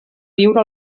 viure